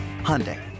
Hyundai